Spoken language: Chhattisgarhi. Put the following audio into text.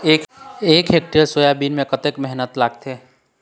एक हेक्टेयर सोयाबीन म कतक मेहनती लागथे?